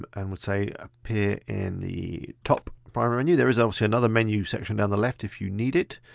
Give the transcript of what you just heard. and we'll say appear in the top primary menu. there is obviously another menu section down the left if you need it.